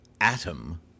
atom